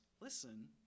listen